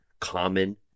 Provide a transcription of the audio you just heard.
Common